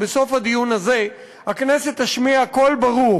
שבסוף הדיון הזה הכנסת תשמיע קול ברור